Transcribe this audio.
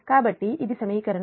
కాబట్టి ఇది సమీకరణం